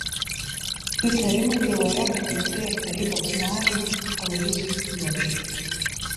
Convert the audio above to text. įtarimai byloje pateikti ir tarybos nariui aloyzui juodžiui